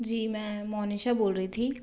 जी मैं मोनिशा बोल रही थी